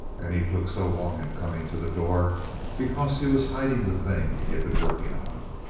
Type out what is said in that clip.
and he took so long in coming to the door because he was hiding the thing he had been working on.